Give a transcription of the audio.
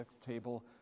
table